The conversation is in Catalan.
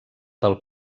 del